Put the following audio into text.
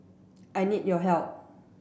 I need your help